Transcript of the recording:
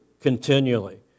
continually